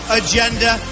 agenda